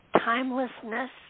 timelessness